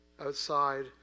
outside